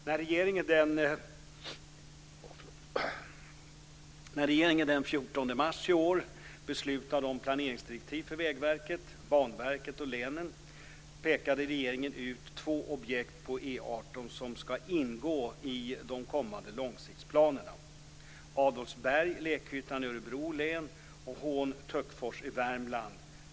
När regeringen den 14 mars i år beslutade om planeringsdirektiv för Vägverket, Banverket och länen pekade regeringen ut två objekt på Adolfsberg-Lekhyttan i Örebro län och Hån-Töcksfors i Värmland.